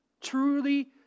truly